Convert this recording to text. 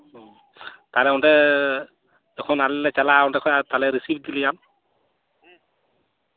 ᱛᱟᱦᱞᱮ ᱚᱸᱰᱮ ᱡᱚᱠᱷᱚᱱ ᱟᱞᱮ ᱞᱮ ᱪᱟᱞᱟᱜᱼᱟ ᱚᱸᱰᱮ ᱠᱷᱚᱱ ᱟᱨ ᱛᱟᱞᱦᱮ ᱨᱤᱥᱤᱵᱷ ᱤᱫᱤ ᱞᱮᱭᱟᱢ